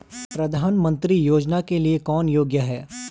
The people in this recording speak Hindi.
प्रधानमंत्री योजना के लिए कौन योग्य है?